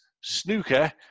snooker